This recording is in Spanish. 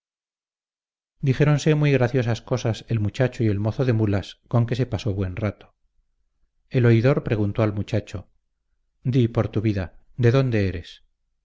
dijéronse muy graciosas cosas el muchacho y el mozo de mulas con que se pasó buen rato el oidor preguntó al muchacho di por tu vida de dónde eres